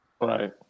right